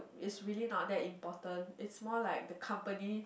is really not that important it's more like the company